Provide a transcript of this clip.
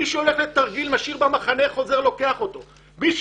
מי שהולך לתרגיל משאיר את הסמרטפון במחנה ולוקח אותו כשהוא